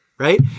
right